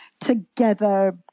together